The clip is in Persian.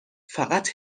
فقط